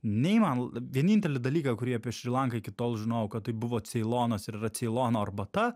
nei man vienintelį dalyką kurį apie šri lanką iki tol žinojau kad tai buvo ceilonas ir yra ceilono arbata